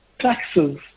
taxes